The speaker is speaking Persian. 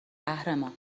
قهرمان